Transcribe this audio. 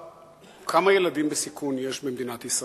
כמה ילדים בסיכון יש במדינת ישראל,